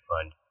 fund